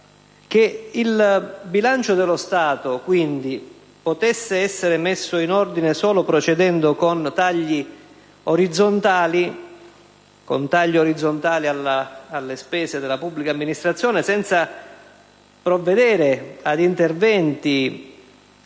che il bilancio dello Stato potesse essere messo in ordine solo procedendo con tagli orizzontali alle spese della pubblica amministrazione, senza prevedere interventi